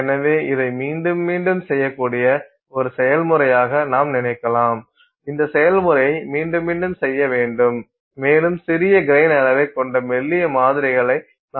எனவே இதை மீண்டும் மீண்டும் செய்யக்கூடிய ஒரு செயல்முறையாக நாம் நினைக்கலாம் இந்த செயல்முறையை மீண்டும் மீண்டும் செய்ய வேண்டும் மேலும் சிறிய கிரைன் அளவைக் கொண்ட மெல்லிய மாதிரிகளை நாம் தொடர்ந்து பெறுவோம்